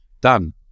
done